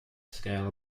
scale